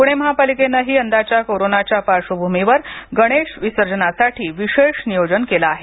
पुणे महापालिकेनंही यंदाच्या कोरोनाच्या पार्श्वभूमीवर गणेश विसर्जनासाठी विशेष नियोजन केलं आहे